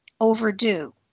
overdue